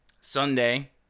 sunday